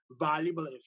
valuable